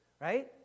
right